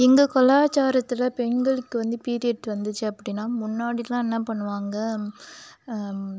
எங்கள் கலாச்சாரத்துல பெண்களுக்கு வந்து பீரியட் வந்துச்சு அப்படின்னா முன்னாடிலாம் என்ன பண்ணுவாங்க